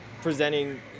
presenting